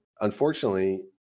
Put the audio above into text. unfortunately